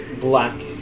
black